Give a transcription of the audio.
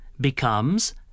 Becomes